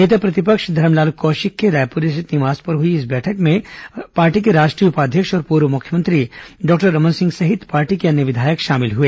नेता प्रतिपक्ष धरमलाल कौशिक के रायपुर स्थित निवास पर हुई इस बैठक में पार्टी के उपाध्यक्ष और पूर्व मुख्यमंत्री डॉक्टर रमन सिंह सहित पार्टी के अन्य विधायक शामिल हए